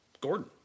Gordon